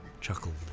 Chuckled